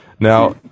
now